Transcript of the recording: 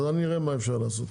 אז אני אראה מה אפשר לעשות.